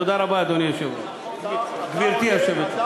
תודה רבה, גברתי היושבת-ראש.